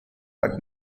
but